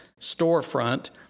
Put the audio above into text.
storefront